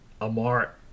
Amar